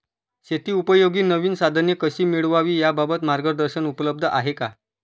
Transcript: शेतीउपयोगी नवीन साधने कशी मिळवावी याबाबत मार्गदर्शन उपलब्ध आहे का?